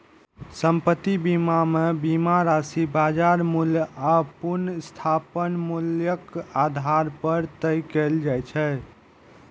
संपत्ति बीमा मे बीमा राशि बाजार मूल्य आ पुनर्स्थापन मूल्यक आधार पर तय कैल जाइ छै